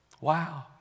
Wow